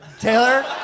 Taylor